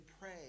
pray